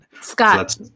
scott